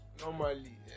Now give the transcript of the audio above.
normally